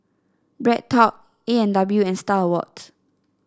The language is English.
BreadTalk A and W and Star Awards